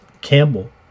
Campbell